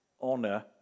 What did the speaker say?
honor